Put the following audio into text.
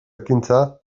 ekintza